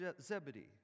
Zebedee